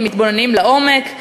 אם מתבוננים לעומק,